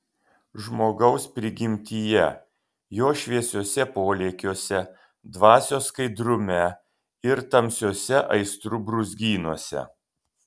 žmogaus prigimtyje jo šviesiuose polėkiuose dvasios skaidrume ir tamsiuose aistrų brūzgynuose